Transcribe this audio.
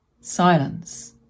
silence